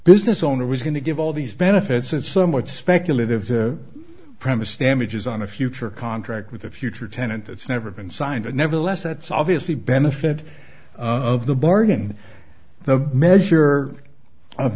business owner was going to give all these benefits is somewhat speculative premise tammet is on a future contract with a future tenant that's never been signed and nevertheless that's obviously benefit of the bargain the measure of